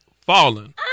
falling